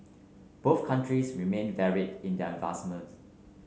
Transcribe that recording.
countries remain varied in their advancements